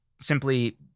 simply